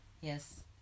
Yes